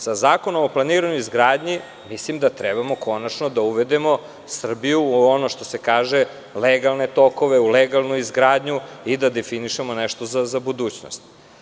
Sa Zakonom o planiranju i izgradnji mislim da treba konačno da uvedemo Srbiju u ono što se zovu legalni tokovi, legalna izgradnja i da definišemo nešto za budućnost.